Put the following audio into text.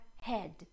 head